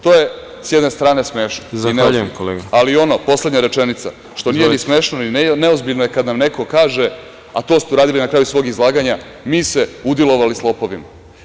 To je, s jedne strane smešno, ali ono što nije ni smešno i neozbiljno je kada nam neko kaže, a to ste uradili na kraju svog izlaganja, mi se udilovali s lopovima.